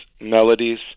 melodies